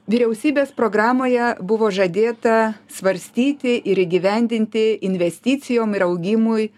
vyriausybės programoje buvo žadėta svarstyti ir įgyvendinti investicijom ir augimui